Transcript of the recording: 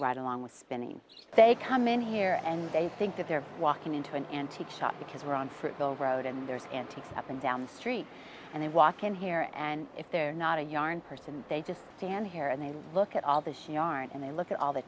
right along with spinning they come in here and they think that they're walking into an antique shop because we're on the road and there's antiques up and down the street and they walk in here and if they're not a yarn person they just stand here and they look at all this yarn and they look at all the